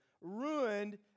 ruined